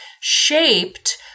shaped